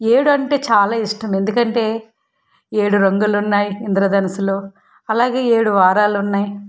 ఏడు అంటే చాలా ఇష్టం ఎందుకంటే ఏడు రంగులు ఉన్నాయి ఇంద్రధనస్సులో అలాగే ఏడు వారాలు ఉన్నాయి